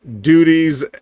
duties